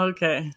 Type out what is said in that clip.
Okay